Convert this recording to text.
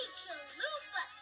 chalupa